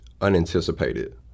unanticipated